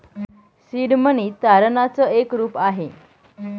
seed money तारणाच एक रूप आहे